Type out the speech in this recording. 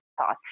thoughts